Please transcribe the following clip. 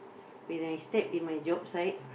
when I step in my job side